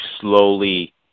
slowly